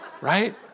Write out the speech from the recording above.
right